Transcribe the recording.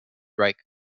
reich